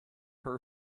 her